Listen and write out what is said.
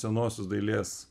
senosios dailės